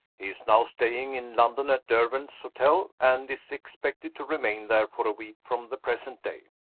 he is now staying in london, at derwent's hotel, and is expected to remain there for a week from the present date.